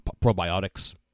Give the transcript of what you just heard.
probiotics